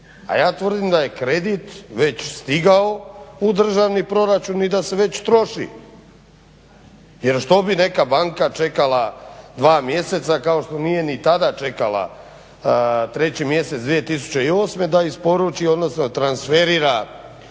A ja tvrdim da je kredit već stigao u državni proračun i da se već troši. Jer što bi neka banka čekala dva mjeseca, kao što nije ni tada čekala 3. mjesec 2008. da isporuči, odnosno transferira